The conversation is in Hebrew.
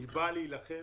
היא באה להילחם,